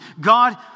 God